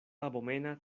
abomena